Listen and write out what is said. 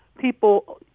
people